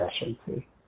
efficiency